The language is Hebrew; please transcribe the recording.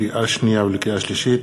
לקריאה שנייה ולקריאה שלישית: